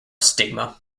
stigma